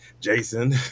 jason